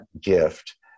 gift